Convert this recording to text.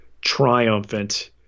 triumphant